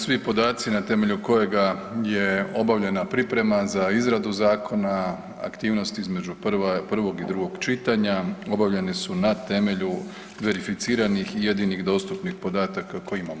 Svi podaci na temelju kojega je obavljena priprema za izradu zakona, aktivnosti između prvog i drugog čitanja obavljeni su na temelju verificiranih i jedinih dostupnih podataka koje imamo.